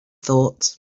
thought